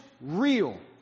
real